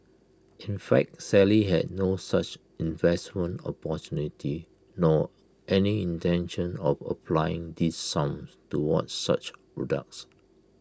in fact Sally had no such investment opportunity nor any intention of applying these sums towards such products